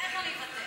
איך אני אוותר?